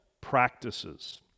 practices